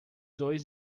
dois